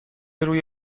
روی